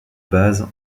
base